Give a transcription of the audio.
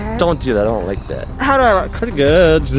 don't do that, i don't like that. how do i look? pretty good.